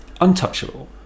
untouchable